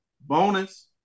bonus